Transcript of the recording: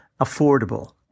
affordable